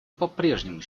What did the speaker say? попрежнему